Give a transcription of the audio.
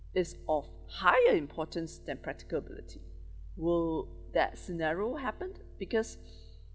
is of higher importance than practical ability will that scenario happen because